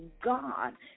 God